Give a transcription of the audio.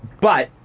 but